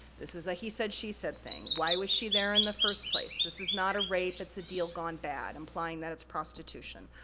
this is a he said she said thing. why was she there in the first place? this is not a rape, it's a deal gone bad, implying that it's prostitution.